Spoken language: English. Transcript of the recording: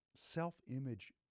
self-image